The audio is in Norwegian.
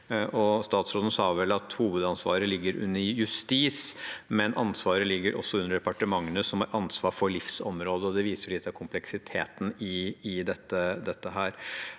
Statsråden sa vel at hovedansvaret ligger under Justisdepartementet, men ansvaret ligger også under departementene som har ansvar for livsområdet, og det viser litt av kompleksiteten i dette.